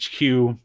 hq